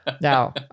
Now